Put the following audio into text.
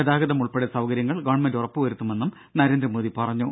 ഗതാഗതം ഉൾപ്പെടെ സൌകര്യങ്ങൾ ഗവൺമെന്റ് ഉറപ്പുവരുത്തുമെന്നും നരേന്ദ്രമോദി പറഞ്ഞു